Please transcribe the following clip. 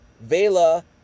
Vela